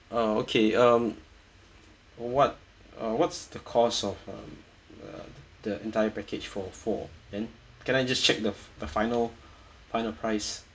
uh okay um what uh what's the cost of uh the entire package for four and can I just check the the final final price